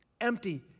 empty